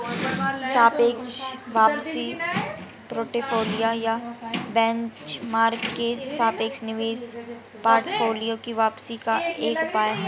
सापेक्ष वापसी पोर्टफोलियो या बेंचमार्क के सापेक्ष निवेश पोर्टफोलियो की वापसी का एक उपाय है